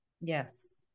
Yes